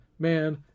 Man